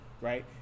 Right